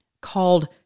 called